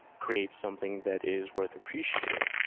create something that is worth appreciating.